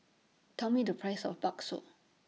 Tell Me The Price of Bakso